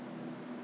oh